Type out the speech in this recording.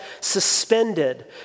suspended